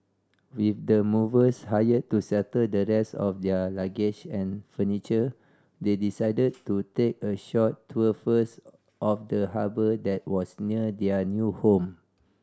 with the movers hired to settle the rest of their luggage and furniture they decided to take a short tour first of the harbour that was near their new home